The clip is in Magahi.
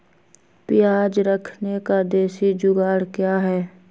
प्याज रखने का देसी जुगाड़ क्या है?